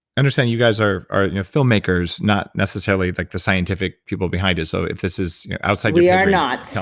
understand you guys are are filmmakers, not necessarily like the scientific people behind it, so if this is outside we are not. so